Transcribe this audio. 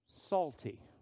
salty